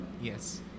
Yes